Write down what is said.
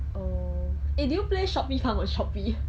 oh eh did you play shopee farm on shopee